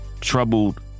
troubled